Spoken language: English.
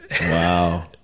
wow